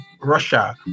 Russia